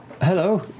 Hello